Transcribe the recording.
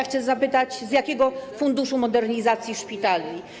Chcę zapytać, z jakiego funduszu modernizacji szpitali.